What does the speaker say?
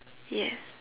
yes